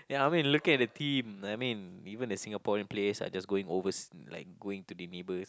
ya I mean looking at the team I mean even the Singaporean players are just going oversea like going to the neighbours